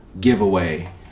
giveaway